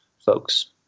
folks